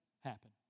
happen